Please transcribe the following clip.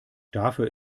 dafür